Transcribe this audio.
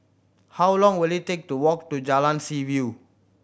how long will it take to walk to Jalan Seaview